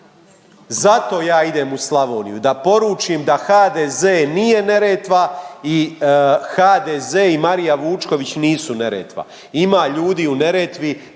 Zato ja idem u Slavoniju, da poručim da HDZ nije Neretva i HDZ i Marija Vučković nisu Neretva. Ima ljudi u Neretvi